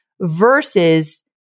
versus